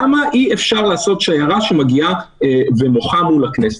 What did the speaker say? למה אי-אפשר לעשות שיירה שמגיעה ומוחה מול הכנסת?